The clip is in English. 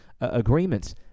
agreements